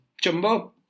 jumbo